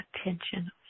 attention